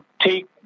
take